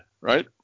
right